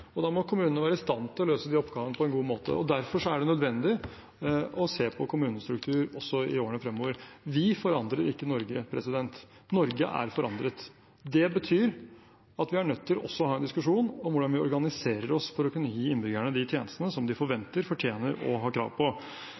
og da må kommunene være i stand til å løse de oppgavene på en god måte. Derfor er det nødvendig å se på kommunestruktur også i årene fremover. Vi forandrer ikke Norge. Norge er forandret. Det betyr at vi er nødt til også å ha en diskusjon om hvordan vi organiserer oss for å kunne gi innbyggerne de tjenestene de forventer, fortjener og har krav på.